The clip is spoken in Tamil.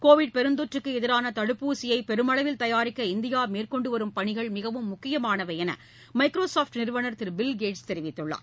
கோவிட் பெருந்தொற்றுக்கு எதிரான தடுப்பூசியை பெருமளவில் தயாரிக்க இந்தியா மேற்கொண்டு வரும் பணிகள் மிகவும் முக்கியமானவை என மைக்ரோசாஃப்ட் நிறுவனர் திரு பில்கேட்ஸ் தெரிவித்துள்ளார்